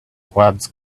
words